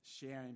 sharing